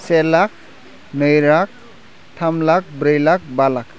से लाख नै लाख थाम लाख ब्रै लाख बा लाख